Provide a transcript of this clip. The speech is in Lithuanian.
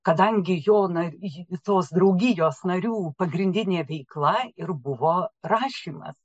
kadangi jo na tos draugijos narių pagrindinė veikla ir buvo rašymas